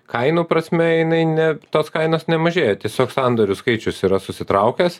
kainų prasme jinai ne tos kainos nemažėja tiesiog sandorių skaičius yra susitraukęs